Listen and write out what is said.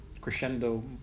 crescendo